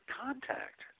contact